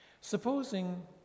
Supposing